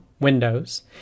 Windows